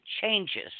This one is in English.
changes